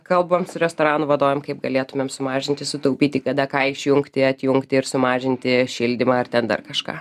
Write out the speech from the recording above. kalbam su restoranų vadovėm kaip galėtumėm sumažinti sutaupyti kada ką išjungti atjungti ir sumažinti šildymą ar ten dar kažką